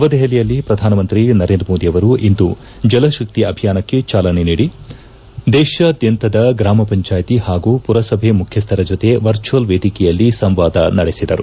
ನವದೆಹಲಿಯಲ್ಲಿ ಪ್ರಧಾನಮಂತ್ರಿ ನರೇಂದ್ರ ಮೋದಿ ಅವರು ಇಂದು ಜಲಶಕ್ಷಿ ಆಭಿಯಾನಕ್ಕೆ ಚಾಲನೆ ನೀಡಿ ದೇತಾದ್ಯಂತದ ಗ್ರಾಮ ಪಂಚಾಯಿತಿ ಹಾಗೂ ಪುರಸಭೆ ಮುಖ್ಲಸ್ಗರ ಜತೆ ವರ್ಚುವಲ್ ವೇದಿಕೆಯಲ್ಲಿ ಸಂವಾದ ನಡೆಸಿದರು